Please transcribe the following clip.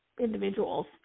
individuals